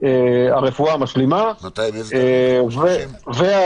ואני בהחלט מבין מה